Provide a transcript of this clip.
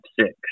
six